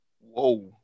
whoa